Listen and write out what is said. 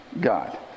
God